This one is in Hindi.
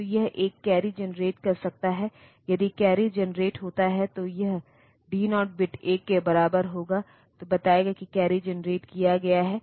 तो यह एक कैरी जनरेट कर सकता है यदि कैरी जेनरेट होता है तो यह D0 बिट 1 के बराबर होगा जो बताएगा कि कैरी जनरेट किया गया है